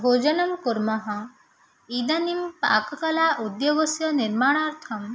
भोजनं कुर्मः इदानीं पाककला उद्योगस्य निर्माणार्थं